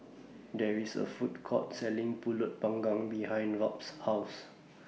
There IS A Food Court Selling Pulut Panggang behind Robt's House